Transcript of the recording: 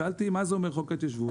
שאלתי, מה זה אומר, חוק ההתיישבות?